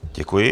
Děkuji.